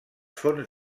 fonts